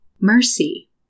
Mercy